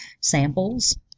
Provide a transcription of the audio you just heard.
samples